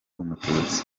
umututsi